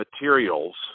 materials